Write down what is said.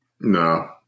No